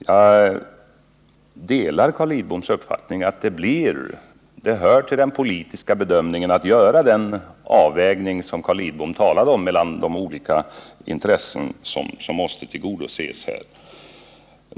Jag delar Carl Lidboms uppfattning att det hör till den politiska bedömningen att göra en avvägning mellan de olika intressen som måste tillgodoses.